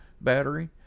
battery